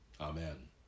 Amen